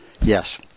Yes